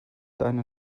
deine